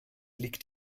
liegt